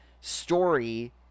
story